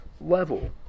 level